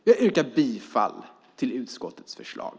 Jag yrkar bifall till utskottets förslag.